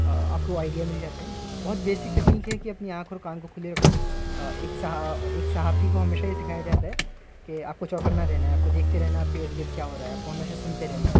آپ کو آئیڈیا مل جاتے ہیں بہت بیسک تکنیک ہے کہ اپنی آنکھ اور کان کو کھلے کو ایک ایک صحافی کو ہمیشہ یہ سکھایا جاتا ہے کہ آپ کو چوکنا رہنا ہے آپ کو دیکھتے رہنا آپ کی ارد گرد کیا ہو رہا ہے آپ کو ہمیشہ سنتے رہنا ہے